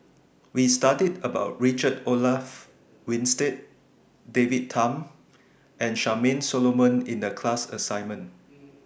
We studied about Richard Olaf Winstedt David Tham and Charmaine Solomon in The class assignment